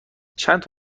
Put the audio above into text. چند